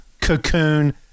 cocoon